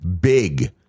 big